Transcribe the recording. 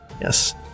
Yes